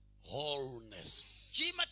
wholeness